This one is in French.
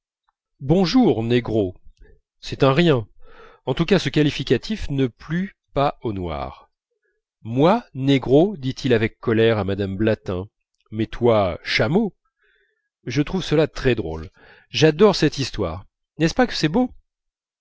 bonjour négro c'est un rien en tout cas ce qualificatif ne plut pas au noir moi négro dit-il avec colère à mme blatin mais toi chameau je trouve cela très drôle j'adore cette histoire n'est-ce pas que c'est beau